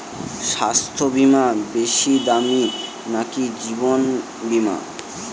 স্বাস্থ্য বীমা বেশী দামী নাকি জীবন বীমা?